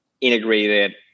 integrated